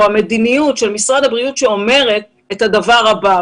המדיניות של משרד הבריאות שאומרת את הדבר הבא,